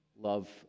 love